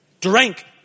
drink